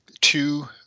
two